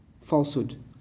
falsehood